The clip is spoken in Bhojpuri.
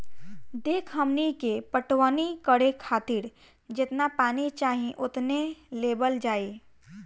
देखऽ हमनी के पटवनी करे खातिर जेतना पानी चाही ओतने लेवल जाई